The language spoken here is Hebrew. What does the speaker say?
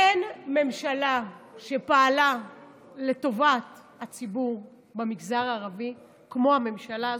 אין ממשלה שפעלה לטובת הציבור במגזר הערבי כמו הממשלה הזאת,